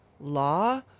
law